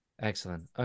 Excellent